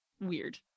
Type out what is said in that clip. weird